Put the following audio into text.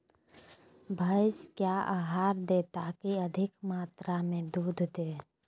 भैंस क्या आहार दे ताकि अधिक मात्रा दूध दे?